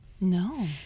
No